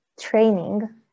training